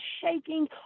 shaking